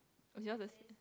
yours the